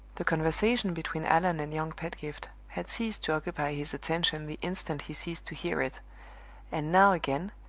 the conversation between allan and young pedgift had ceased to occupy his attention the instant he ceased to hear it and now again,